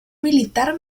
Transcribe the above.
militar